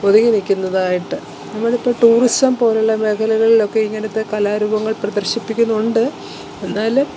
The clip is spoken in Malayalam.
ഒതുങ്ങി നില്ക്കുന്നതായിട്ട് നമ്മളിപ്പോള് ടൂറിസം പോലുള്ള മേഖലകളിലൊക്കെ ഇങ്ങനത്തെ കലാരൂപങ്ങൾ പ്രദർശിപ്പിക്കുന്നുണ്ട് എന്നാലും